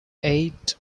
eight